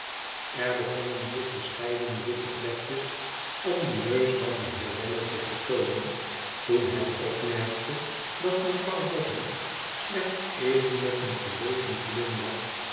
er begonnen zich verscheidene witte plekjes om den neus van den heer lammie te vertoonen toen hij opmerkte dat mevrouw boffin slechts even met een verlegen glimlach